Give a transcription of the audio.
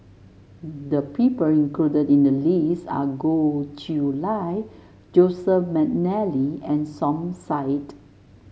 the people included in the list are Goh Chiew Lye Joseph McNally and Som Said